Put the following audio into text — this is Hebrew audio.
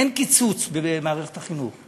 אין קיצוץ במערכת החינוך.